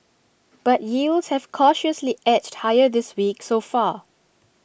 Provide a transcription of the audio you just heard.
but yields have cautiously edged higher this week so far